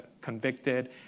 convicted